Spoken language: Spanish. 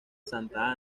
santa